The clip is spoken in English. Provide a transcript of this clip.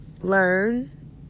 learn